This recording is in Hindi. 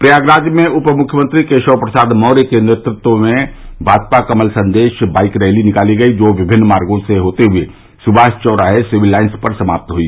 प्रयागराज में उप मुख्यमंत्री केशव प्रसाद मौर्य के नेतृत्व में भाजपा कमल संदेश बाईक रैली निकाली गई जो विभिन्न मार्गो से होते हुए सुभाष चौराहे सिविल लाइन्स पर समाप्त हुई